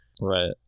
right